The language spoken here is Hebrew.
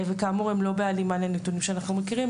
וכאמור הם לא בהלימה לנתונים שאנחנו מכירים,